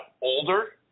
older